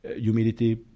humidity